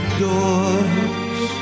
doors